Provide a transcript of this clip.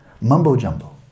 mumbo-jumbo